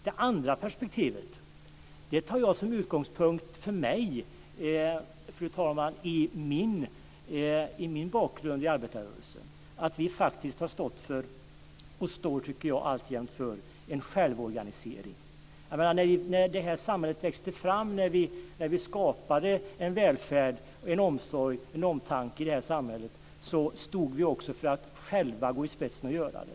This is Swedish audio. Det andra perspektivet tar jag som utgångspunkt för mig i min bakgrund i arbetarrörelsen, att vi faktiskt har stått för, och alltjämt står för, en självorganisering. När detta samhälle växte fram, när vi skapade en välfärd, en omsorg och en omtanke i detta samhälle, stod vi också för att själva gå i spetsen att göra det.